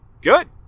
Good